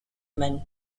men